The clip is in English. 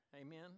Amen